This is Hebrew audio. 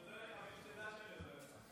אני עוזר לך בלי שתדע שאני עוזר לך.